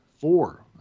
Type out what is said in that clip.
four